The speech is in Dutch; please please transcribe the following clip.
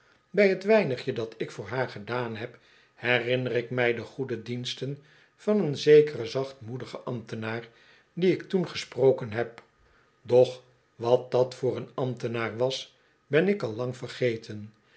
bij t weinigje dat ik voor haar gedaan heb herinner ik mij de goede diensten van een zekeren zachtmoedigen ambtenaar dien ik toen gesproken heb doch wat dat voor een ambtenaar was ben ik al lang vergeten